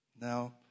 Now